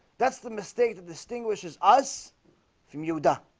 that's the mistake that distinguishes us from yuda